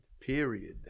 Period